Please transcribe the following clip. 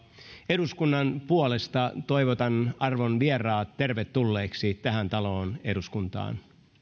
eduskunnan puolesta toivotan arvon vieraat tervetulleeksi tähän taloon eduskuntaan